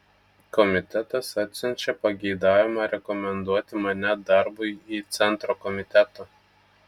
komitetas atsiunčia pageidavimą rekomenduoti mane darbui į centro komitetą